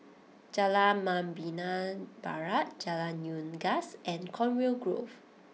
Jalan Membina Barat Jalan Unggas and Conway Grove